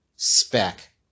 spec